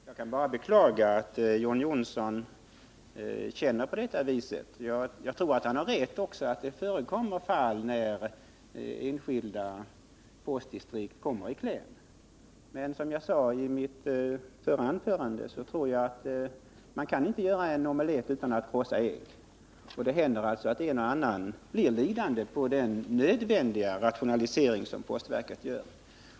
Herr talman! Jag kan bara beklaga att John Johnsson känner på detta sätt. Jag tror att han har rätt i att det förekommer fall där enskilda postdistrikt kommer i kläm, men som jag sade i mitt förra anförande kan man inte göra en omelett utan att krossa ägg. Det händer därför att en och annan blir lidande på den nödvändiga rationalisering som postverket gör.